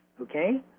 okay